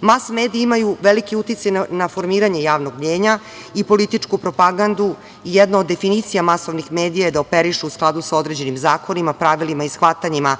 Mas mediji imaju veliki uticaj na formiranje javnog mnjenja i političku propagandu. Jedna od definicija masovnih medija je da operišu u skladu sa određenim zakonima, pravilima i shvatanjima